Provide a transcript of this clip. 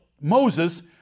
Moses